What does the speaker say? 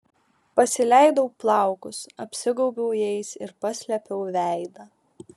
pasileidau plaukus apsigaubiau jais ir paslėpiau veidą